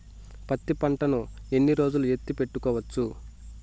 పత్తి పంటను ఎన్ని రోజులు ఎత్తి పెట్టుకోవచ్చు?